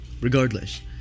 Regardless